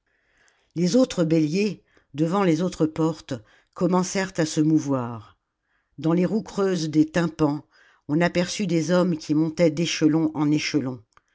les autres béliers devant les autres portes commencèrent à se mouvoir dans les roues creuses des tympans on aperçut des hommes qui montaient d'échelon en échelon